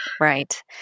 right